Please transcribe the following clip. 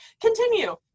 Continue